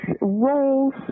roles